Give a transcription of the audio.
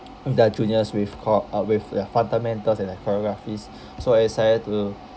their juniors with co~ uh with their fundamentals and their choreographies so I decided to